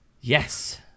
Yes